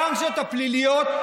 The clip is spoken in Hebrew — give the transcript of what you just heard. הסנקציות הפליליות,